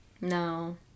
No